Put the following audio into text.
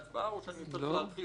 או שאני צריך להרחיב בעניין?